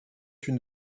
une